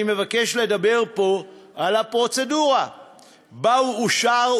אני מבקש לדבר פה על הפרוצדורה שבה הוא אושר,